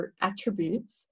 attributes